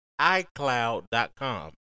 iCloud.com